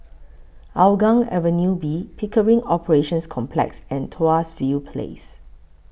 Hougang Avenue B Pickering Operations Complex and Tuas View Place